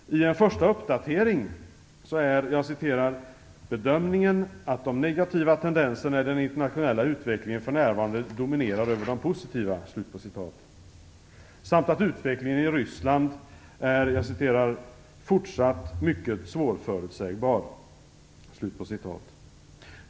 I en första uppdatering är "bedömningen att de negativa tendenserna i den internationella utvecklingen för närvarande dominerar över de positiva" samt att utvecklingen i Ryssland är "fortsatt mycket svårförutsägbar".